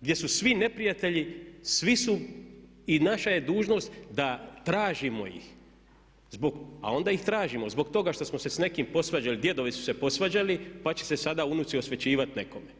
gdje su svi neprijatelji, svi su i naša je dužnost da tražimo ih zbog, a onda ih tražimo zbog toga što smo se s nekim posvađali, djedovi su se posvađali pa će se sada unuci osvećivati nekome.